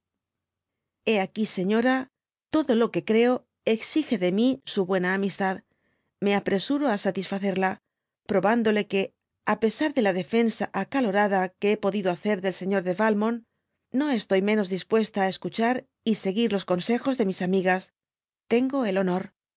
hé aquí señora todo lo que creo exige de mi su buena amistad me apresuro á satisfacerla probándole que á pesar de la defensa acalorada que hé podido hacer del señor de valmont no estoy menos dispuesta á escuchar y seguir los consejos de mis amigas tengo el honor